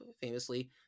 famously